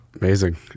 Amazing